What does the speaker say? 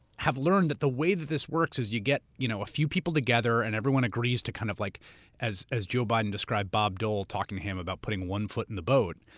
have learned that the way that this works is you get you know a few people together and everyone agrees to kind of, like as as joe biden described bob dole talking to him about putting one foot in the boat,